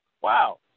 wow